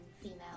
female